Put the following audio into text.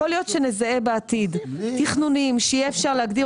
יכול להיות שנזהה בעתיד תכנונים שיהיה אפשר להגדיר